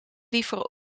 liever